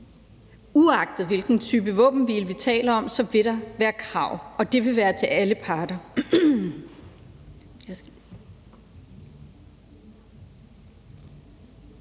Uagtet hvilken type våbenhvile vi taler om, vil der være krav, og det vil være til alle parter.